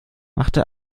machte